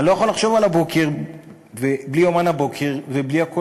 אני לא יכול לחשוב על הבוקר בלי "יומן הבוקר" ובלי